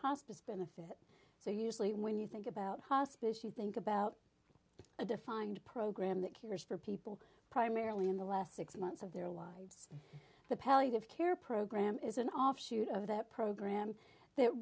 hospice benefit so usually when you think about hospice you think about a defined program that cures for people primarily in the last six months of their lives the palliative care program is an offshoot of that program that